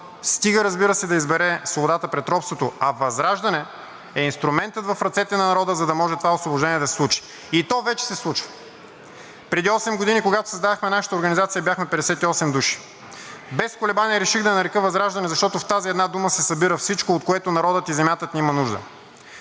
стига, разбира се, да избере свободата пред робството. ВЪЗРАЖДАНЕ е инструментът в ръцете на народа, за да може това освобождение да се случи – и то вече се случва. Преди осем години, когато създавахме нашата организация, бяхме 58 души. Без колебание реших да я нарека ВЪЗРАЖДАНЕ, защото в тази една дума се събира всичко, от което народът и земята ни имат нужда.